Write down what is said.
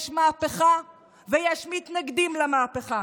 יש מהפכה ויש מתנגדים למהפכה.